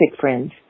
friends